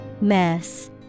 Mess